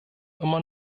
immer